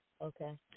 Okay